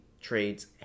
trades